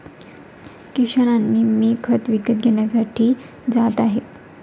किशन आणि मी खत विकत घेण्यासाठी जात आहे